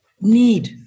need